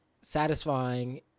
satisfying